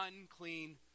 unclean